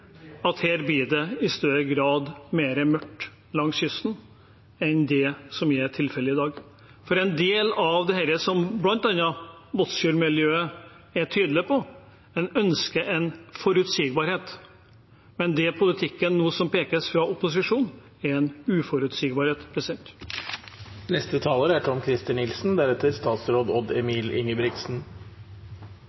det i større grad blir mørkt langs kysten enn det som er tilfellet i dag. For en del av dette som bl.a. Båtsfjord-miljøet er tydelig på, er at man ønsker en forutsigbarhet, mens den politikken det pekes på fra opposisjonen, innebærer en uforutsigbarhet.